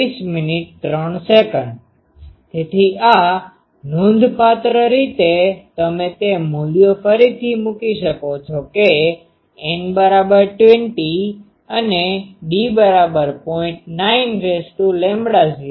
તેથી આ નોંધપાત્ર રીતે તમે તે મૂલ્યો ફરીથી મૂકી શકો છો કે N20 અને d0